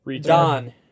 Don